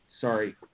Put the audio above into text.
Sorry